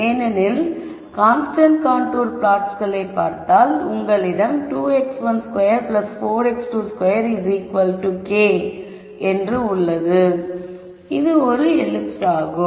ஏனெனில் constant contour ப்ளாட்ஸ்களை பார்த்தால் உங்களிடம் 2x12 4 x22 k என்று உள்ளது இது ஒரு எல்லிப்ஸ் ஆகும்